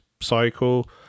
cycle